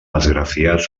esgrafiats